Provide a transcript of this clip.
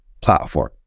platform